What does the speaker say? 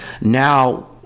now